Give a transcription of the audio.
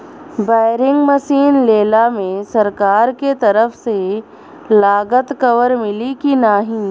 Boring machine लेला मे सरकार के तरफ से लागत कवर मिली की नाही?